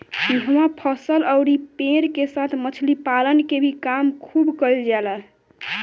इहवा फसल अउरी पेड़ के साथ मछली पालन के भी काम खुब कईल जाला